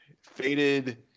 faded